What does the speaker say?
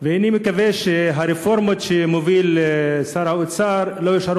אני מקווה שהרפורמות שמוביל שר האוצר לא יישארו